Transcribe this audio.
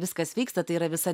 viskas vyksta tai yra visa